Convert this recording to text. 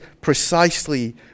precisely